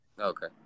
Okay